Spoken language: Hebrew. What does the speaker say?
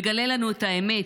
מגלה לנו את האמת,